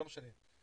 לא משנה,